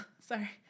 sorry